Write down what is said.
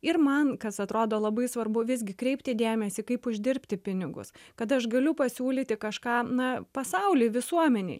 ir man kas atrodo labai svarbu visgi kreipti dėmesį kaip uždirbti pinigus kad aš galiu pasiūlyti kažką na pasauliui visuomenei